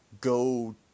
go